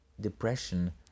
depression